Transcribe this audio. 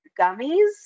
gummies